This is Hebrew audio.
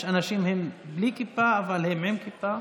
יש אנשים בלי כיפה אבל הם עם כיפה